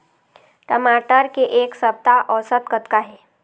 टमाटर के एक सप्ता औसत कतका हे?